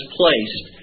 placed